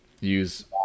use